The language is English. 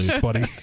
buddy